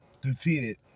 Defeated